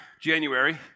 January